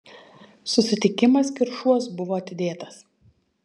susitikimas kiršuos buvo atidėtas